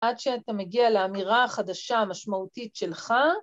עד שאתה מגיע לאמירה החדשה המשמעותית שלך.